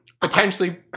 potentially